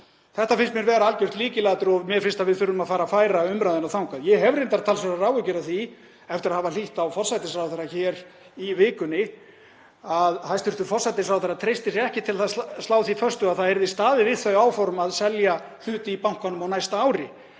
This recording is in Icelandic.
Þetta finnst mér vera algjört lykilatriði og mér finnst að við þurfum að fara að færa umræðuna þangað. Ég hef reyndar talsverðar áhyggjur af því eftir að hafa hlýtt á forsætisráðherra hér í vikunni að hæstv. forsætisráðherra treysti sér ekki til þess að slá því föstu að það verði staðið við þau áform að selja hlut í bankanum á næsta ári.